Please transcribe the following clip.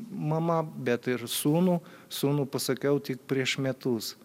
mamą bet ir sūnų sūnų pasakiau tik prieš metus